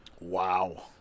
Wow